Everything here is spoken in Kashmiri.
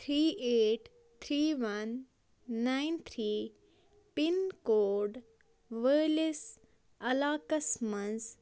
three eight three one nine three pin code وٲلِس علاقس مَنٛز